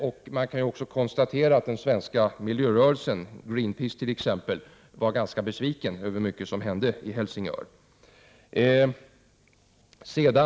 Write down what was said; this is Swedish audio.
Det kan också konstateras att den svenska miljörörelsen, t.ex. Greenpeace, var ganska besviken över vad som hände i Helsingör.